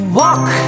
walk